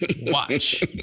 watch